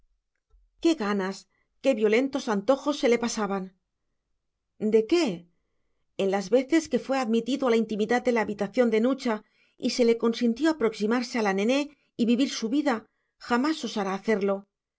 qué ganas qué violentos antojos se le pasaban de qué en las veces que fue admitido a la intimidad de la habitación de nucha y se le consintió aproximarse a la nené y vivir su vida jamás osara hacerlo